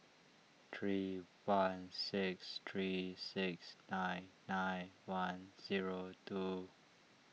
three one six three six nine nine one zero two